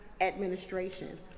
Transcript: administration